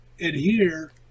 adhere